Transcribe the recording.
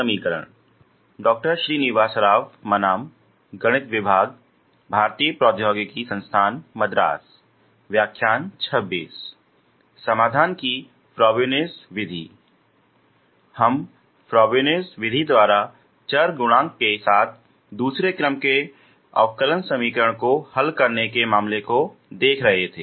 समाधान की फ्रोबेनियस विधि जारी हम फ्रोबेनियस विधि द्वारा चर गुणांक के साथ दूसरे क्रम के अंतर समीकरण को हल करने के मामले को देख रहे थे